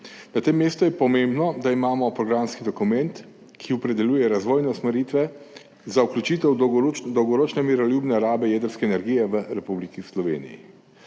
Na tem mestu je pomembno, da imamo programski dokument, ki opredeljuje razvojne usmeritve za vključitev dolgoročne miroljubne rabe jedrske energije v Republiki Sloveniji.